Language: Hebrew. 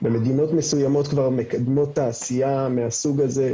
מדינות מסויימות כבר מקדמות תעשייה מהסוג הזה,